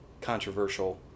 controversial